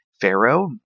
Pharaoh